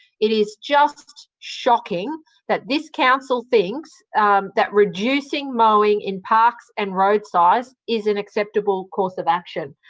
it is just shocking that this council thinks that reducing mowing in parks and roadsides is an acceptable course of action.